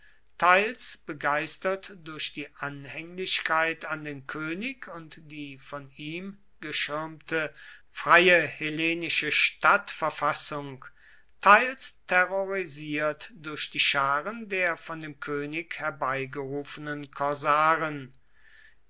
teils begeistert durch die anhänglichkeit an den könig und die von ihm geschirmte freie hellenische stadtverfassung teils terrorisiert durch die scharen der vom könig herbeigerufenen